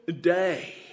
day